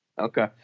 Okay